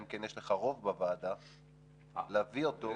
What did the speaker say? אם כן יש לך רוב בוועדה להביא אותו --- אה,